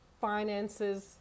finances